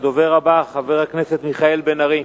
הדובר הבא, חבר הכנסת מיכאל בן-ארי.